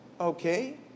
Okay